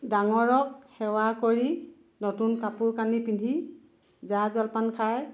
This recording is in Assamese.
ডাঙৰক সেৱা কৰি নতুন কাপোৰ কানি পিন্ধি জা জলপান খাই